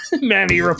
Manny